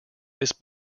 this